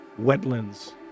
wetlands